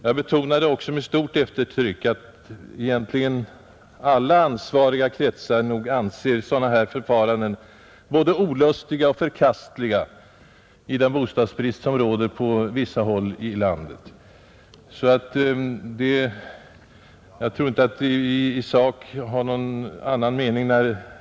Jag betonade också med stort eftertryck att nog egentligen alla ansvariga kretsar anser sådana förfaranden både olustiga och förkastliga, i den bostadsbrist som råder på vissa håll i landet. Jag tror därför att vi alla i sak inte har någon olika mening i det fallet.